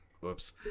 whoops